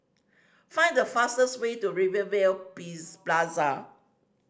find the fastest way to Rivervale Plaza